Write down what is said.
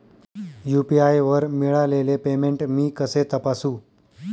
UPI वर मिळालेले payment मी कसे तपासू?